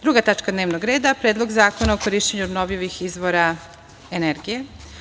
Druga tačka dnevnog reda – PREDLOG ZAKONA O KORIŠĆENjU OBNOVIVIH IZVORA ENERGIJE.